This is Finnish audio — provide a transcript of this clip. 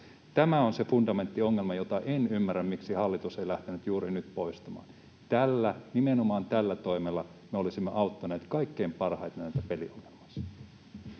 Tämä on se fundamentti ongelma, jota en ymmärrä, miksi hallitus ei lähtenyt juuri nyt poistamaan. Tällä, nimenomaan tällä toimella, me olisimme auttaneet kaikkein parhaiten näitä peliongelmaisia.